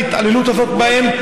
התעללות הזאת בהם.